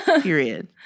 Period